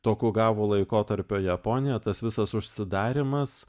tokugavų laikotarpio japonija tas visas užsidarymas